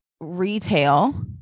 retail